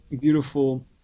beautiful